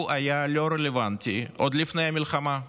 הוא היה לא רלוונטי עוד לפני המלחמה,